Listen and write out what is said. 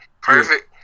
Perfect